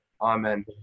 Amen